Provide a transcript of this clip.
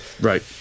Right